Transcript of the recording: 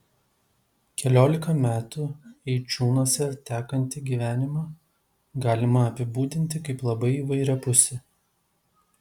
keliolika metų eičiūnuose tekantį gyvenimą galima apibūdinti kaip labai įvairiapusį